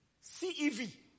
C-E-V